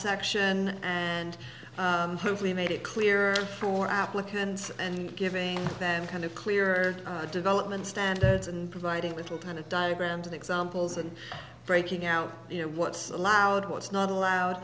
section and hopefully made it clear for applicants and giving them kind of clear development standards and providing with all kind of diagrams and examples and breaking out you know what's allowed what's not allowed